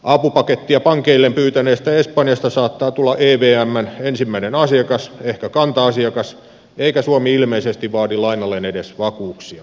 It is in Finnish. apupakettia pankeilleen pyytäneestä espanjasta saattaa tulla evmn ensimmäinen asiakas ehkä kanta asiakas eikä suomi ilmeisesti vaadi lainalleen edes vakuuksia